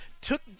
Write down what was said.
took